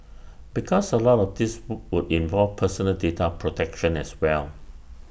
because A lot of this wood would involve personal data protection as well